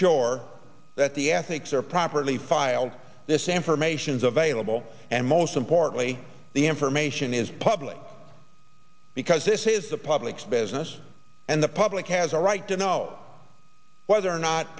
sure that the ethics are properly filed this information is available and most importantly the information is public because this is the public's business and the public has a right to know whether or not